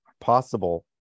possible